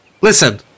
Listen